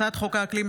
הצעת חוק האקלים,